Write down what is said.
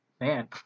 man